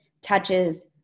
touches